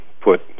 put